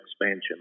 expansion